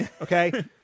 Okay